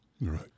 right